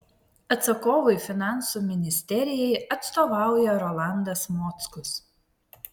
atsakovui finansų ministerijai atstovauja rolandas mockus